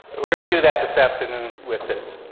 we're going to do that this afternoon with this.